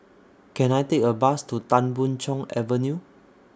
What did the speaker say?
Can I Take A Bus to Tan Boon Chong Avenue